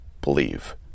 believe